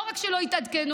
לא רק שלא התעדכנו,